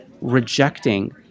rejecting